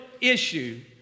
issue